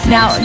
Now